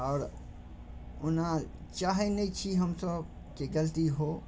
आओर ओना चाहै नहि छी हमसभ कि गलती हो